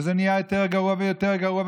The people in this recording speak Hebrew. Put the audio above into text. וזה נהיה יותר גרוע ויותר גרוע,